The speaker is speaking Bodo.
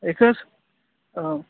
बेखौनो औ